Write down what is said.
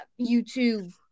YouTube